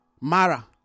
Mara